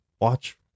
watch